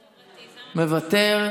מוותר.